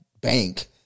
bank